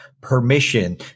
permission